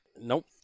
Nope